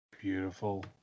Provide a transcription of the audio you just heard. Beautiful